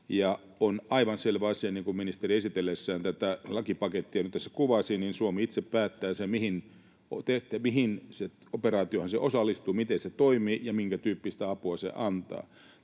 On aivan selvä asia, niin kuin ministeri esitellessään tätä lakipakettia nyt tässä kuvasi, että Suomi itse päättää sen, mihin operaatioihin se osallistuu, miten se toimii ja minkätyyppistä apua se antaa.